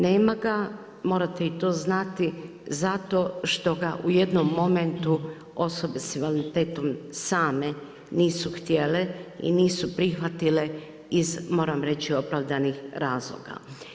Nema ga, morate i to znati zato što ga u jednom momentu osobe sa invaliditetom same nisu htjele i nisu prihvatile iz moram reći, opravdanih razloga.